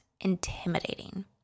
intimidating